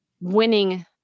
winning